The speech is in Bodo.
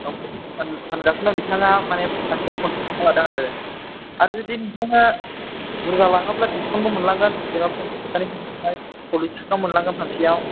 औ फानगासिनो बिथाङा मानि फांसेआव फन्सास थाखा लादों आरो आरो जुदि नोंथाङा बुरजा लाङोब्ला डिसकाउन्टबो मोनलांगोन फन्सास थाखानि जागायावहाय सल्लिस थाखा मोनलांगोन फांसेआव